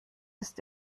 ist